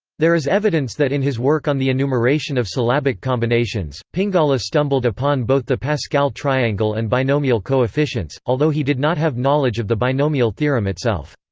there is evidence that in his work on the enumeration of syllabic combinations, pingala stumbled upon both the pascal triangle and binomial coefficients, although he did not have knowledge of the binomial theorem itself.